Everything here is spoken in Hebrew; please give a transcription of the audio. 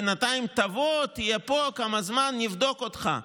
בינתיים תבוא, תהיה פה כמה זמן, נבדוק אותך.